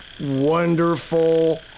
wonderful